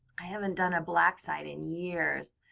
i haven't done a black site in years.